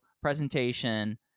presentation